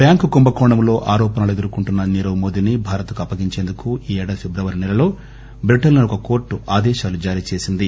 bank కుంభకోణంలో ఆరోపనలు ఎదుర్కొంటున్న నీరప్ మోడీని భారత్ కు అప్పగించేందుకు ఈ ఏడాది ఫిట్రవరి సెలలో బ్రిటన్ లోని ఒక కోర్టు ఆదేశాలు జారీ చేసింది